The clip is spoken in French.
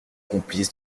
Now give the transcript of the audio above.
complice